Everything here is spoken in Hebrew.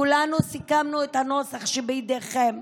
כולנו סיכמנו את הנוסח שבידכם.